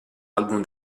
album